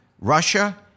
Russia